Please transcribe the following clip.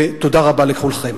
תודה רבה לכולכם.